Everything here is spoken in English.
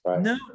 No